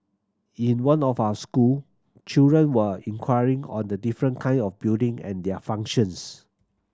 in one of our school children were inquiring on the different kind of building and their functions